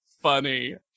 funny